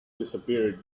disappeared